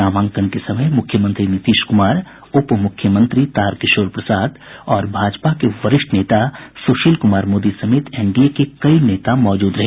नामांकन के समय मुख्यमंत्री नीतीश कुमार उप मुख्यमंत्री तारकिशोर प्रसाद और भाजपा के वरिष्ठ नेता सुशील कुमार मोदी समेत एनडीए के कई नेता मौजूद रहे